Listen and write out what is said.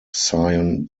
scion